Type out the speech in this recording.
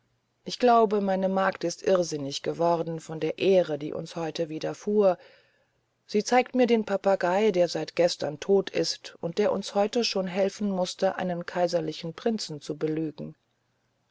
ich glaube meine magd ist irrsinnig geworden von der ehre die uns heute widerfuhr sie zeigt mir den papagei der seit gestern tot ist und der uns heute schon helfen mußte einen kaiserlichen prinzen zu belügen